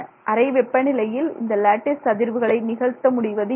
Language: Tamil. அறை வெப்பநிலையில் இந்த லேட்டிஸ் அதிர்வுகளை நிகழ்த்த முடிவதில்லை